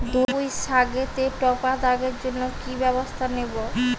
পুই শাকেতে টপা দাগের জন্য কি ব্যবস্থা নেব?